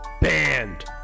Banned